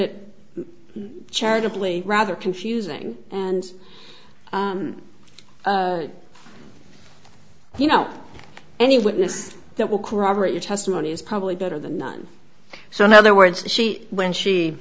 it charitably rather confusing and you know any witness that will corroborate your testimony is probably better than none so in other words she when she